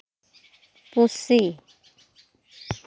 ᱯᱩᱥᱤ